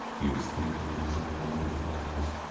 he was thinking, in his own mind, at last,